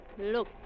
Look